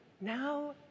now